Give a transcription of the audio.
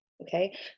Okay